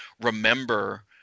remember